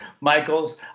Michael's